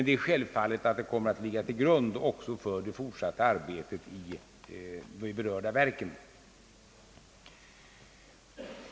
Det är självfallet att betänkandet kommer att ligga till grund också för det fortsatta arbetet i de berörda verken.